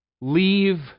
Leave